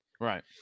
Right